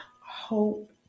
hope